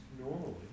normally